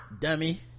Dummy